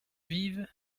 vive